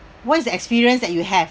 what is the experience that you have